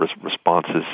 responses